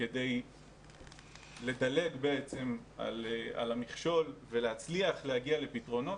כדי לדלג על המכשול ולהצליח להגיע לפתרונות,